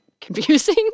confusing